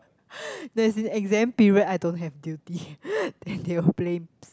there's an exam period I don't have duty then they will play